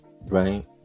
Right